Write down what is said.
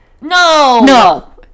No